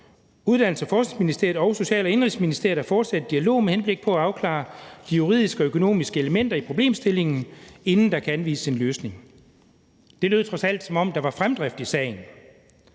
»Uddannelses- og Forskningsministeriet og Social- og Indenrigsministeriet er i fortsat dialog med henblik på at afklare de juridiske og økonomiske elementer i problemstillingen, inden der kan anvises en løsning.« Det lød trods alt, som om der var fremdrift i sagen.